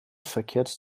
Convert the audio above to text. verkehrt